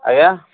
ଆଜ୍ଞା